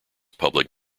public